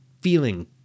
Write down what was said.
feeling